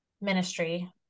ministry